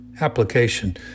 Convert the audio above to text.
Application